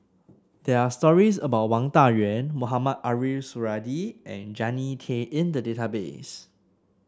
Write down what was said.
there are stories about Wang Dayuan Mohamed Ariff Suradi and Jannie Tay in the database